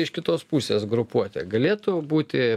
iš kitos pusės grupuotė galėtų būti